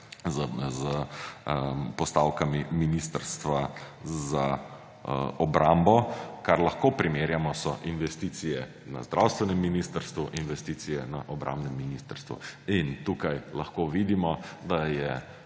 s postavkami Ministrstva za obrambo. Kar lahko primerjamo, so investicije na zdravstvenem ministrstvu in investicije na obrambnem ministrstvu. In tu lahko vidimo, da je